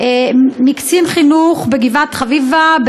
מקצין חינוך בגבעת-חביבה,